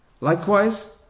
Likewise